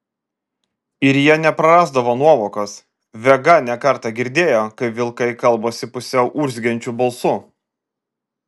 ir jie neprarasdavo nuovokos vega ne kartą girdėjo kaip vilkai kalbasi pusiau urzgiančiu balsu